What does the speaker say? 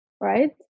right